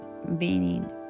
meaning